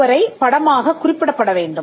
அதுவரை படமாகக் குறிப்பிடப்பட வேண்டும்